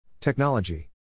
Technology